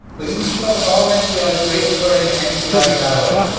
but you can keep up with all of npr's great reporting at npr dot org.